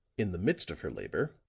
in the midst of her labor,